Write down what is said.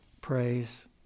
praise